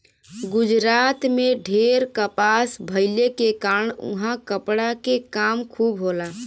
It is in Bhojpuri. गुजरात में ढेर कपास भइले के कारण उहाँ कपड़ा के काम खूब होला